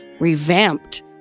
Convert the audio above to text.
revamped